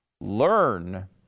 Learn